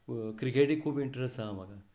क्रिकेटींत खूब इन्ट्रस्ट आसा म्हाका